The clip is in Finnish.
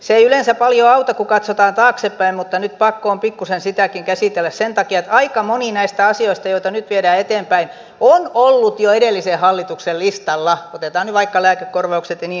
se ei yleensä paljoa auta kun katsotaan taaksepäin mutta nyt pakko on pikkuisen sitäkin käsitellä sen takia että aika moni näistä asioista joita nyt viedään eteenpäin on ollut jo edellisen hallituksen listalla otetaan nyt vaikka lääkekorvaukset ja niin edelleen